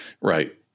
Right